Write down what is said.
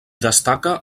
destaca